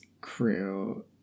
crew